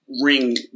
ring